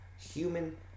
Human